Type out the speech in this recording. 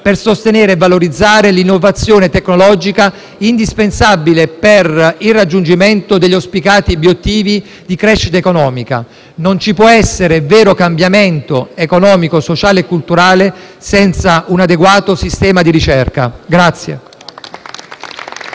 per sostenere e valorizzare l'innovazione tecnologica indispensabile per il raggiungimento degli auspicati obiettivi di crescita economica. Non ci può essere vero cambiamento economico, sociale e culturale senza un adeguato sistema di ricerca.